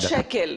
מיליון שקל.